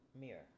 mirror